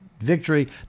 victory